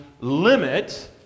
limit